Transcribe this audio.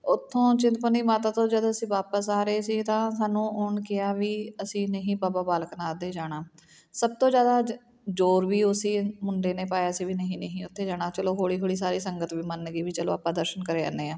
ਉੱਥੋਂ ਚਿੰਤਪੁਰਨੀ ਮਾਤਾ ਤੋਂ ਜਦ ਅਸੀਂ ਵਾਪਸ ਆ ਰਹੇ ਸੀ ਤਾਂ ਸਾਨੂੰ ਹੁਣ ਕਿਹਾ ਵੀ ਅਸੀਂ ਨਹੀਂ ਬਾਬਾ ਬਾਲਕ ਨਾਥ ਦੇ ਜਾਣਾ ਸਭ ਤੋਂ ਜ਼ਿਆਦਾ ਜ ਜ਼ੋਰ ਵੀ ਉਸ ਮੁੰਡੇ ਨੇ ਪਾਇਆ ਸੀ ਵੀ ਨਹੀਂ ਨਹੀਂ ਉੱਥੇ ਜਾਣਾ ਚਲੋ ਹੌਲੀ ਹੌਲੀ ਸਾਰੀ ਸੰਗਤ ਵੀ ਮੰਨ ਗਈ ਵੀ ਚਲੋ ਆਪਾਂ ਦਰਸ਼ਨ ਕਰ ਆਉਂਦੇ ਹਾਂ